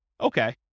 Okay